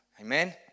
Amen